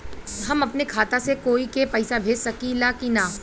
हम अपने खाता से कोई के पैसा भेज सकी ला की ना?